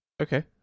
Okay